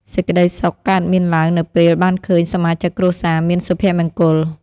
សេចក្ដីសុខកើតមានឡើងនៅពេលបានឃើញសមាជិកគ្រួសារមានសុភមង្គល។